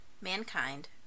Mankind